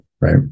right